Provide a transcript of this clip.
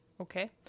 Okay